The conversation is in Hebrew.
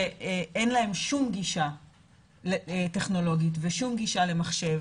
שאין להם שום גישה טכנולוגית ושום גישה למחשב